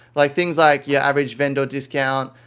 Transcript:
like things like your average vendor discount,